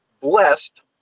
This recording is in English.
blessed